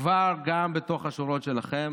שכבר גם בתוך השורות שלכם